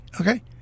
okay